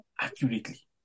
accurately